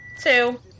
Two